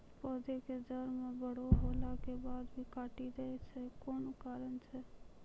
पौधा के जड़ म बड़ो होला के बाद भी काटी दै छै कोन कारण छै?